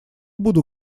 буду